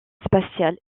spatial